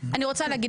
אני רוצה להגיד,